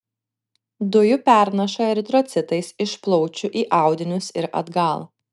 dujų pernaša eritrocitais iš plaučių į audinius ir atgal